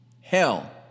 Hell